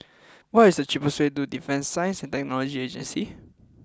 what is the cheapest way to Defence Science and Technology Agency